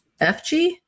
FG